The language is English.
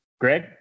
greg